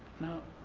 now,